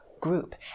group